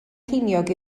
ceiniog